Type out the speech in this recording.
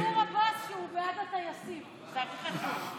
תגיד שמנסור עבאס הוא בעד הטייסים, זה הכי חשוב.